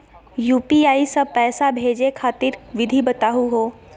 UPI स पैसा भेजै खातिर विधि बताहु हो?